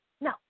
no